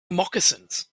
moccasins